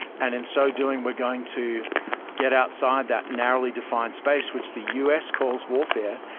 and in so doing, we're going to get outside that narrowly defined space, which the u s. calls warfare,